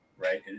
right